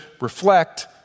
reflect